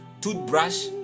toothbrush